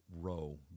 row